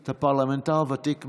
אתה פרלמנטר ותיק מאוד.